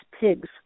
pigs